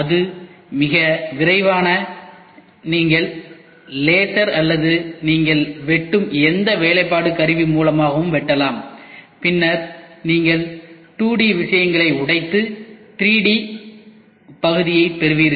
அது மிக விரைவாக நீங்கள் லேசர் அல்லது நீங்கள் வெட்டும் எந்த வேலைப்பாடு கருவி மூலமாகவும் வெட்டலாம் பின்னர் நீங்கள் 2டி விஷயங்களை உடைத்து 3D பகுதியை பெறுவீர்கள்